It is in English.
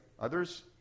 Others